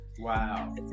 Wow